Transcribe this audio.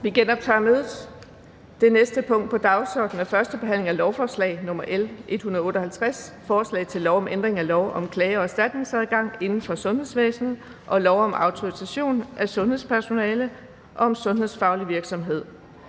Folketingssalen. --- Det næste punkt på dagsordenen er: 5) 1. behandling af lovforslag nr. L 158: Forslag til lov om ændring af lov om klage- og erstatningsadgang inden for sundhedsvæsenet og lov om autorisation af sundhedspersoner og om sundhedsfaglig virksomhed.